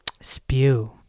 spew